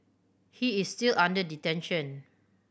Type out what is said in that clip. he is still under detention